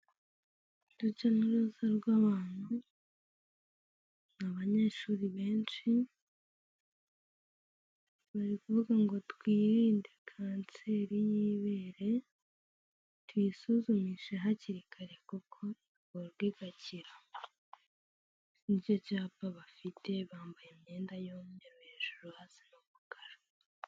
Urujya n'uruza rw'abantu, abanyeshuri benshi bari kuvuga ngo twirinde kanseri y'ibere tuyisuzumishe hakiri kare kuko ivurwa igakira, nicyo cyapa bafite bambaye imyenda y'umweru hejuru, hasi ni umukara.